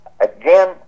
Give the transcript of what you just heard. again